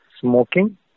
Smoking